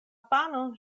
panon